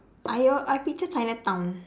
I uh I picture chinatown